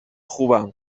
خوبم